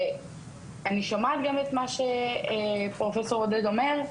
ואני שומעת גם את מה שפרופ' עודד אומר,